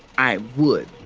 i would.